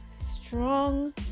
strong